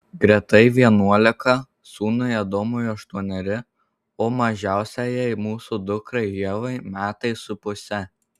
gretai vienuolika sūnui adomui aštuoneri o mažiausiajai mūsų dukrai ievai metai su puse